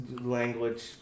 language